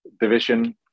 division